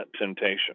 temptation